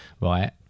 right